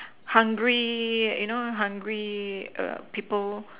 hungry you know hungry err people